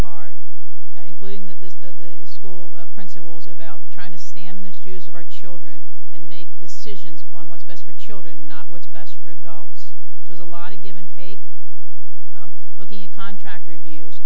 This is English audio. hard including the school principals about trying to stand in the shoes of our children and make decisions on what's best for children not what's best for us it was a lot of give and take looking at contract reviews